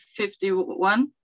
51